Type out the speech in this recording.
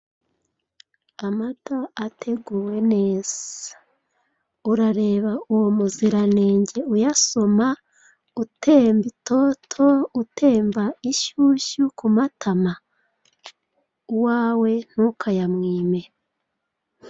Amata ateguwe neza, urareba uwo muziranenge uyasoma utemba itoto utemba inshyushyu ku matama? uwawe ntukayamwima.